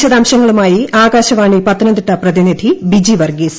വിശദാംശങ്ങളുമായി ആകാശവാണി പത്തനംതിട്ടു പ്രതിനിധി ബിജി വർഗ്ഗീസ്